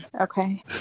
Okay